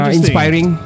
inspiring